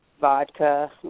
vodka